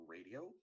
Radio